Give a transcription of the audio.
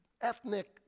ethnic